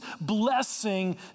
blessing